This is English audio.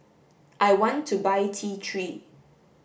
I want to buy T three